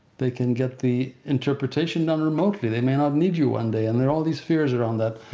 they can get the interpretation done remotely. they may not need you one day and there are all these fears around that.